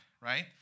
right